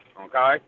Okay